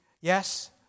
yes